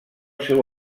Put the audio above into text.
seu